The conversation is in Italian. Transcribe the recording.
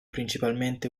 principalmente